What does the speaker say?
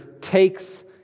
takes